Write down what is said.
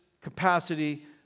capacity